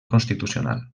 constitucional